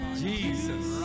jesus